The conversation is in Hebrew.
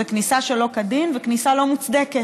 זה כניסה שלא כדין וכניסה לא מוצדקת.